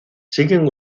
siguen